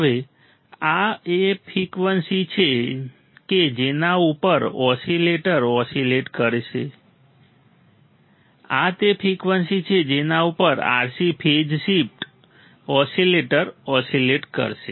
હવે આ તે ફ્રિકવન્સી છે કે જેના ઉપર ઓસીલેટર ઓસીલેટ કરશે આ તે ફ્રિકવન્સી છે કે જેના ઉપર RC phase shift oscillator oscillate કરશે